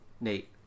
Nate